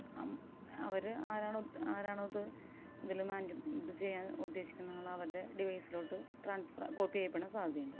അവർ ആരാണോ ആരാണോ അത് ഇതിൽ മാൻട് ഇത് ചെയ്യാനുദ്ദേശിക്കുന്ന ആൾ അവരുടെ ഡിവൈസിലോട്ട് ട്രാൻസ്ഫർ കോപ്പി ചെയ്യപ്പെടും സാധ്യതയുണ്ട്